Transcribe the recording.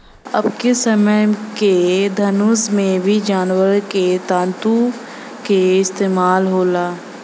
अबके समय के धनुष में भी जानवर के तंतु क इस्तेमाल होला